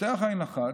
פותח עין אחת,